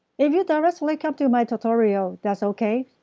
if you directly come to my tutorial, that's okay.